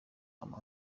ama